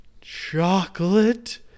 chocolate